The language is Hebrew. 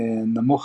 נמוך